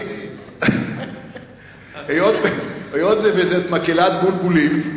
היות שזאת מקהלת בולבולים,